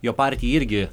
jo partija irgi